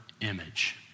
image